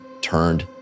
turned